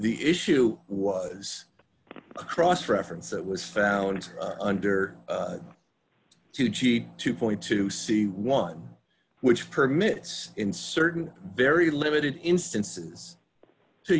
the issue was cross reference that was found under two g to point to see one which permits in certain very limited instances to